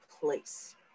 place